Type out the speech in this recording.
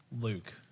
Luke